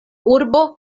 urbo